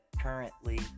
currently